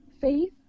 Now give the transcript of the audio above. Faith